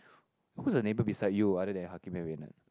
who's the neighbour beside you other than Hakim and Reina